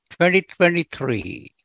2023